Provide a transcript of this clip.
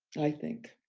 i think.